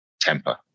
temper